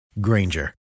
Granger